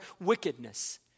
wickedness